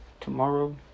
tomorrow